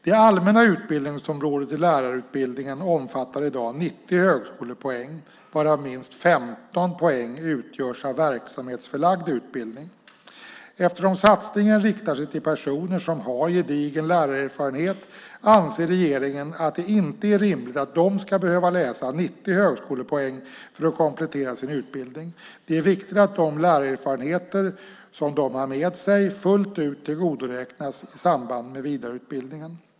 Det allmänna utbildningsområdet i lärarutbildningen omfattar i dag 90 högskolepoäng, varav minst 15 högskolepoäng utgörs av verksamhetsförlagd utbildning. Eftersom satsningen riktar sig till personer som har gedigen lärarerfarenhet anser regeringen att det inte är rimligt att de ska behöva läsa 90 högskolepoäng för att komplettera sin utbildning. Det är viktigt att de lärarerfarenheter som de har med sig fullt ut tillgodoräknas i samband med vidareutbildningen.